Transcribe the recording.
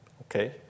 Okay